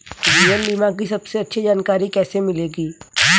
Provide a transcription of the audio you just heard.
जीवन बीमा की सबसे अच्छी जानकारी कैसे मिलेगी?